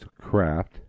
craft